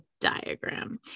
diagram